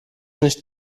nicht